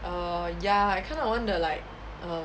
err ya I kinda want to like